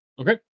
Okay